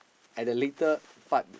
at the later part